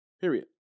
Period